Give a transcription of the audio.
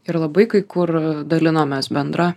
ir labai kai kur dalinomės bendra